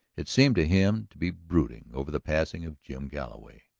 it seemed to him to be brooding over the passing of jim galloway.